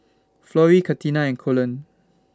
Florie Katina and Colon